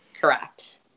Correct